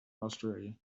australia